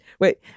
Wait